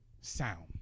Sound